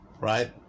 right